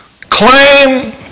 claim